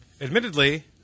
admittedly